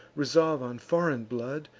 resolve on foreign blood,